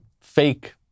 fake